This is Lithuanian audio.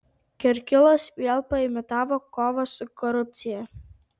kirkilas vėl paimitavo kovą su korupcija